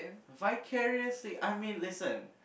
vicariously I mean listen